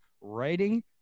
writing